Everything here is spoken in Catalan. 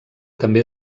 també